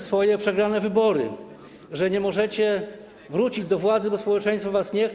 swoje przegrane wybory, to, że nie możecie wrócić do władzy, bo społeczeństwo was nie chce.